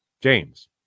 James